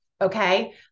okay